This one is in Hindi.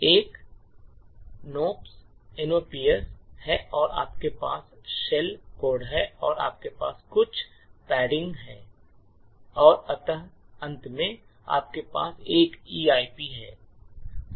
एक nops है और आपके पास शेल कोड है और आपके पास कुछ पैडिंग है और अंत में आपके पास एक ईआईपी है